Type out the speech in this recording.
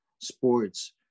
sports